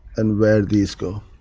and where these go.